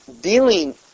dealing